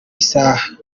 isaha